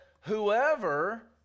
whoever